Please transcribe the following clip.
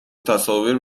تصاویر